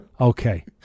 Okay